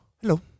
hello